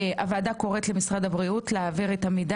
הוועדה קוראת למשרד הבריאות להעביר את המידע